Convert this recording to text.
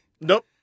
Nope